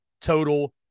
total